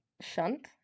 shunt